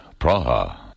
Praha